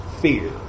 fear